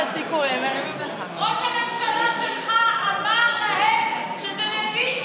ראש הממשלה שלך אמר להם שזה מביש,